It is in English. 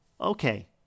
Okay